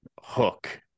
Hook